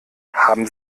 haben